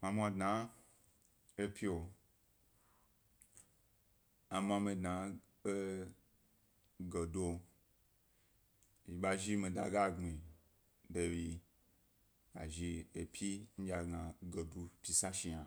Ma mwa dna epyi a ma mi dna egadu, a ḃe zhi mi da gbmi de yi ga zhi epyi ndye a gna gadu pyi sa shi yna,